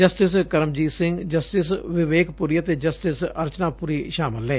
justice Karamjit Singh justice Vivek Puri ਅਤੇ justice Archana Puri ਸ਼ਾਮਲ ਨੇ